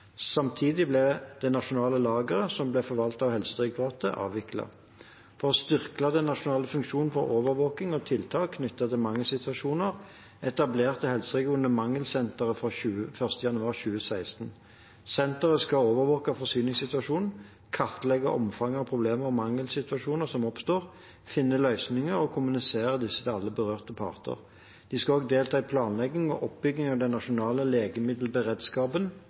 Samtidig ble det nasjonale lageret, som ble forvaltet av Helsedirektoratet, avviklet. For å styrke den nasjonale funksjonen for overvåking og tiltak knyttet til mangelsituasjoner etablerte helseregionene Mangelsenteret 1. januar 2016. Senteret skal overvåke forsyningssituasjonen, kartlegge omfanget av problemer og mangelsituasjoner som oppstår, finne løsninger og kommunisere disse til alle berørte parter. De skal også delta i planlegging og oppbygging av den nasjonale legemiddelberedskapen